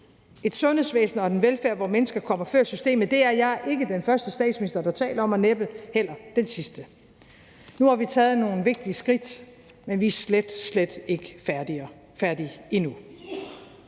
Et sundhedsvæsen og en velfærd, hvor mennesket kommer før systemet, er jeg ikke den første statsminister der taler om, og næppe heller den sidste. Nu har vi taget nogle vigtige skridt, men vi er slet, slet ikke færdige endnu.